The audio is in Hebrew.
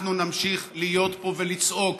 אנחנו נמשיך להיות פה ולצעוק,